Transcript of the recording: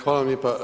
Hvala vam lijepa.